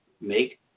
Make